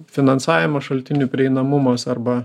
finansavimo šaltinių prieinamumas arba